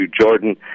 Jordan